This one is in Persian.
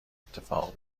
اتفاق